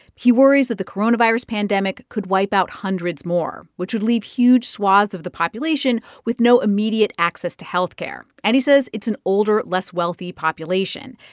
he worries that the coronavirus pandemic could wipe out hundreds more, which would leave huge swaths of the population with no immediate access to health care. and he says it's an older, less wealthy population.